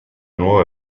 nuove